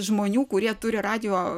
žmonių kurie turi radijo